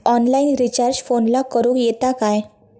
Online recharge फोनला करूक येता काय?